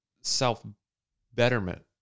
self-betterment